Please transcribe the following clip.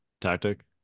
tactic